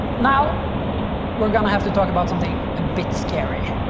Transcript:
now we're gonna have to talk about something a bit scary.